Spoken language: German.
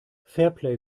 fairplay